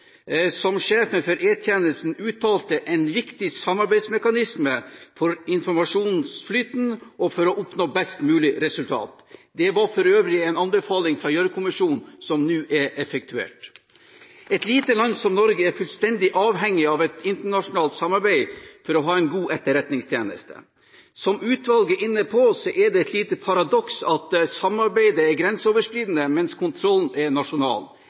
Som sjefen for E-tjenesten uttalte, er dette en viktig samarbeidsmekanisme for informasjonsflyten og for å oppnå best mulig resultat. Det er for øvrig en anbefaling fra Gjørv-kommisjonen som nå er effektuert. Et lite land som Norge er fullstendig avhengig av et internasjonalt samarbeid for å ha en god etterretningstjeneste. Som utvalget er inne på, er det et lite paradoks at samarbeidet er grenseoverskridende mens kontrollen er nasjonal.